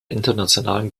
internationalen